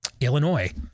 Illinois